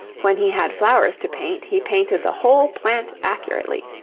when he had flowers to paint, he painted the whole plant accurately,